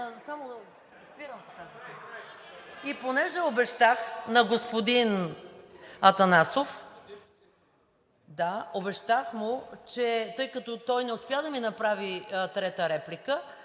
И понеже обещах на господин Атанасов, тъй като той не успя да ми направи трета реплика,